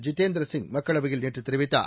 ஜிதேந்திர சிங் மக்களவையில் நேற்று தெரிவித்தார்